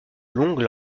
longue